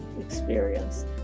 experience